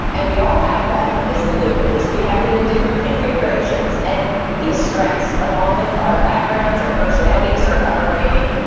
and we all have them, is the good news. we have them in different configurations. and these strengths, along with our backgrounds, our personalities, our upbringing,